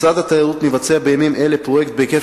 משרד התיירות מבצע בימים אלה פרויקט בהיקף